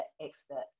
experts